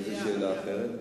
איזו שאלה אחרת?